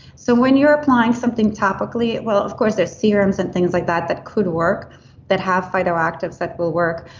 so when you're applying something topically, well, of course there's serums and things like that that could work that have phyto-actives that will work,